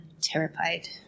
terrified